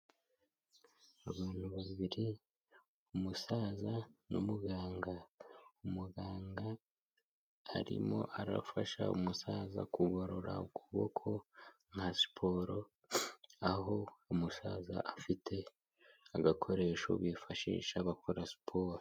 Abantu babiri umusaza n'umuganga, umuganga arimo arafasha umusaza kugorora ukuboko nka siporo, aho umusaza afite agakoresho bifashisha bakora siporo.